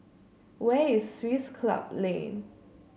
where is Swiss Club Lane